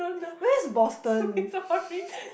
where is Boston